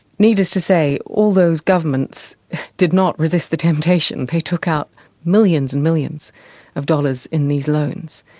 needless to say all those governments did not resist the temptation. they took out millions and millions of dollars in these loans.